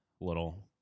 little